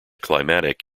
climatic